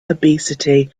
obesity